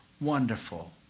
wonderful